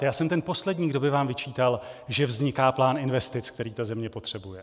Já jsem ten poslední, kdo by vám vyčítal, že vzniká plán investic, který ta země potřebuje.